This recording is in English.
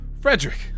Frederick